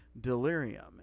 delirium